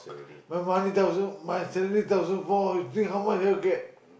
my money tells her my salary tells her four you think how much I get